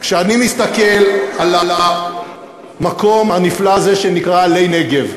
כשאני מסתכל על המקום הנפלא הזה שנקרא "עלה נגב",